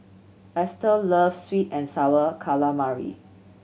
Estell loves sweet and Sour Calamari